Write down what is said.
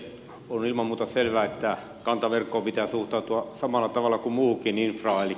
on ilman muuta selvää että kantaverkkoon pitää suhtautua samalla tavalla kuin muuhunkin infraan